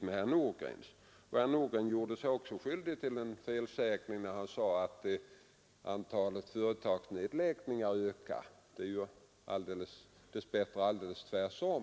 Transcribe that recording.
med herr Nordgrens. Herr Nordgren gjorde sig också skyldig till en felsägning, när han påstod att antalet företagsnedläggningar har ökat. Dess bättre är det ju alldeles tvärtom.